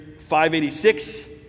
586